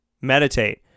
meditate